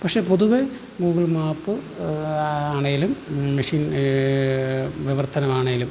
പക്ഷെ പൊതുവെ Google map ആണേലും മെഷീൻ വിവർത്തനമാണേലും